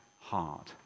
heart